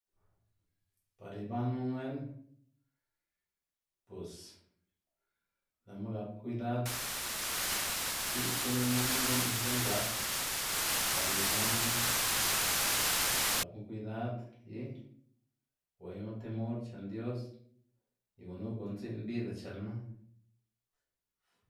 Par ibanma wen bos lë'ma gap kwidad di'dz gu'n ine'ma gu'n gu'n gak par ibanma gapma kwidad y gweyma temor chen dios y gunu gun dzi'n bida chenma.